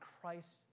Christ